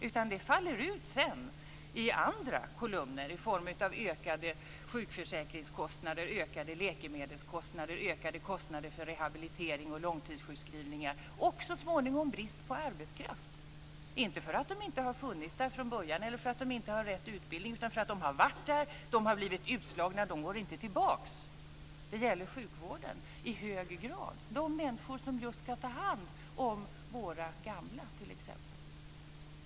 Det här faller ut sedan i andra kolumner i form av ökade sjukförsäkringskostnader, ökade läkemedelskostnader, ökade kostnader för rehabilitering och långtidssjukskrivningar och så småningom i en brist på arbetskraft. Så blir det inte därför att dessa människor inte har funnits på arbetsmarknaden från början eller för att de inte har rätt utbildning, utan för att de har varit där, blivit utslagna och inte går tillbaka. Det gäller i hög grad sjukvården, dvs. de människor som ska ta hand om t.ex. våra gamla.